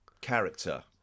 character